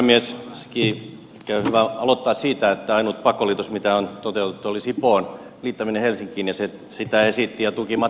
ensinnäkin on ehkä hyvä aloittaa siitä että ainut pakkoliitos mitä on toteutettu oli sipoon liittäminen helsinkiin ja sitä esitti ja tuki matti vanhanen